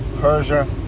Persia